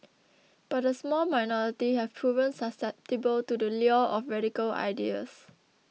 but a small minority have proven susceptible to the lure of radical ideas